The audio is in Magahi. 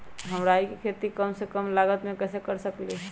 हम राई के खेती कम से कम लागत में कैसे कर सकली ह?